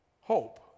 hope